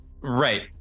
Right